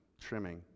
trimming